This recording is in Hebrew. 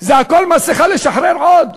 זה הכול מסכה לשחרר עוד,